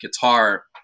guitar